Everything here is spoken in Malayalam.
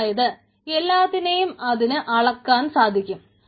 അതായത് എല്ലാത്തിനെയും അതിന് അളക്കുവാൻ സാധിക്കും